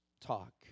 talk